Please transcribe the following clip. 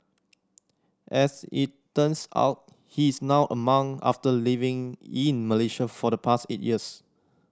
as it turns out he is now a monk after living in Malaysia for the past eight years